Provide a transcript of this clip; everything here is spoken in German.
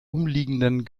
umliegenden